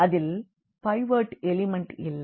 அதில் pivot element இல்லை